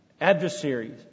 adversaries